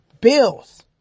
bills